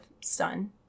stun